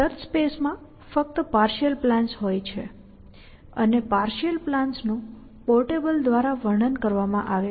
search સ્પેસમાં ફક્ત partial plans હોય છે અને પાર્શિઅલ પ્લાન્સ નું પોર્ટેબલ દ્વારા વર્ણન કરવામાં આવે છે